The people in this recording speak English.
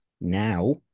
now